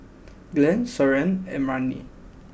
Glen Soren and Marni